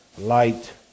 light